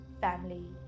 family